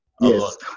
Yes